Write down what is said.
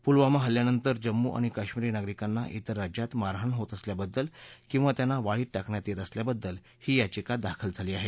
पुलवामा हल्ल्यानंतर जम्मू आणि कश्मीरी नागरिकांना इतर राज्यात मारहाण होत असल्याबद्दल किवा त्यांना वाळीत टाकण्यात येत असल्याबद्दल ही याचिका दाखल झाली आहे